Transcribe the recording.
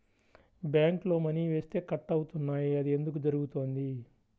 బ్యాంక్లో మని వేస్తే కట్ అవుతున్నాయి అది ఎందుకు జరుగుతోంది?